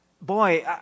boy